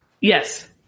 Yes